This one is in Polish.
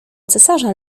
cesarza